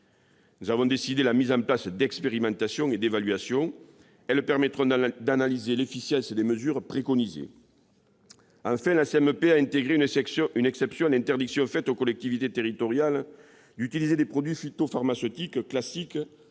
Nous avons décidé la mise en place d'expérimentations et d'évaluations. Elles permettront d'analyser l'efficience des mesures préconisées. La commission mixte paritaire a également intégré une exception à l'interdiction faite aux collectivités territoriales d'utiliser des produits phytopharmaceutiques classiques